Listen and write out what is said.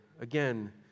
again